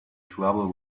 trouble